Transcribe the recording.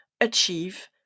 achieve